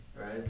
right